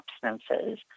substances